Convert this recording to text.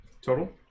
total